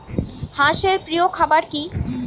হাঁস এর প্রিয় খাবার কি?